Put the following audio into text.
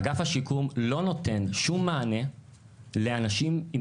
אגף השיקום לא נותן שום מענה לאנשים עם